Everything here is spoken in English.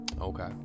Okay